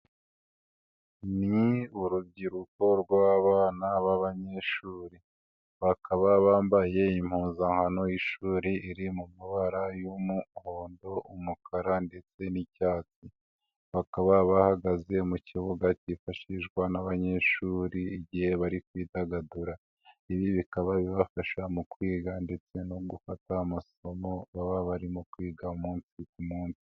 Ni urubyiruko rw'abana b'abanyeshuri, bakaba bambaye impuzankano y'ishuri iri mu mabara y'umuhondo, umukara ndetse n'icyatsi, bakaba bahagaze mu kibuga kifashishwa n'abanyeshuri igihe bari kwidagadura, ibi bikaba bibafasha mu kwiga ndetse no gufata amasomo baba barimo kwiga umunsi ku munsi.